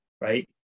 right